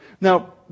Now